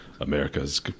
America's